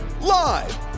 Live